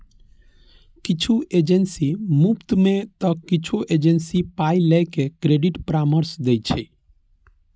किछु एजेंसी मुफ्त मे तं किछु एजेंसी पाइ लए के क्रेडिट परामर्श दै छै